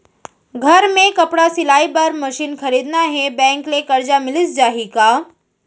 घर मे कपड़ा सिलाई बार मशीन खरीदना हे बैंक ले करजा मिलिस जाही का?